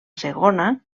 segona